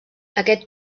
aquest